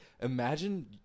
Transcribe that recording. imagine